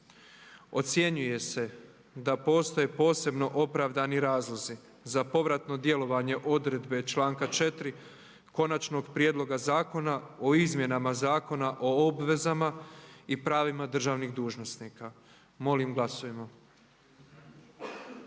ocjenjuje se da postoje posebno opravdani razlozi za povratno djelovanje odredbe članka 4. Konačnog prijedloga zakona o izmjenama Zakona o obvezama i pravima državnih dužnosnika. Molim glasujmo.